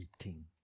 eating